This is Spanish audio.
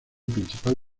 principal